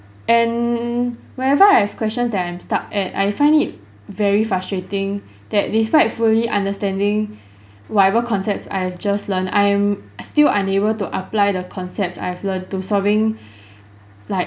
and wherever I have questions that I am stuck at I find it very frustrating that despite fully understanding whatever concepts I have just learned I'm still unable to apply the concept I've learnt to solving like